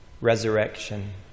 resurrection